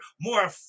more